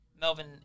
Melvin